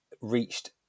reached